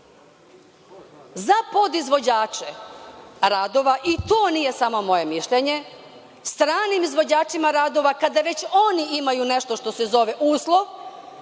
podizvođače radova, i to nije samo moje mišljenje, stranim izvođačima radova kada već oni imaju nešto što se zove uslov,